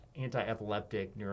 anti-epileptic